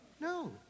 No